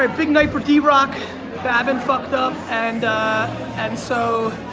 ah big night for d-rock, babin fucked up and and so,